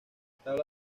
tabla